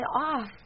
off